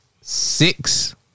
six